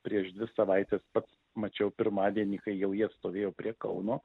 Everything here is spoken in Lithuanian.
prieš dvi savaites pats mačiau pirmadienį kai jau jie stovėjo prie kauno